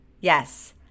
yes